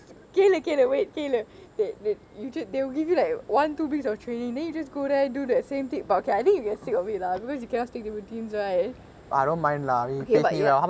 கேளு கேளு:kelu kelu wait கேளு:kelu they they will give you like one two weeks of training then you just go there do the same thing but okay I think you get sick of it lah because you cannot speak to different team right okay but ya